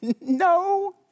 No